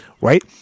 right